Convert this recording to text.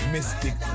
Mystic